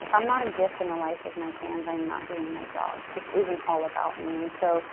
if i'm not a gift in the life of my fans, i am not doing my job. this isn't all about me and so